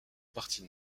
partie